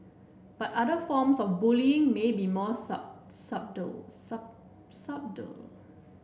but other forms of bullying may be more subtle subtle